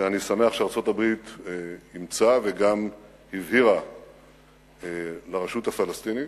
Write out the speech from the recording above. שאני שמח שארצות-הברית אימצה וגם הבהירה לרשות הפלסטינית,